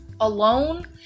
alone